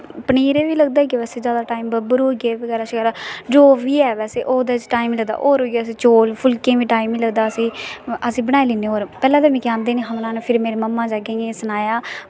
पनीरै गी बा लगदा ऐ केईं बारी टाईम बबरू जो बा ऐ बैसे ओह्दै च टाईम लगदा होर चौल फुलकें गी बी टाईम गै लगदा असें बनाई लैन्ने पैह्लें तां मिगी आंदा गै नेईं ही फिर मेरी मम्मा जी ने इ'यां इ'यां सनाया